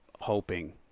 hoping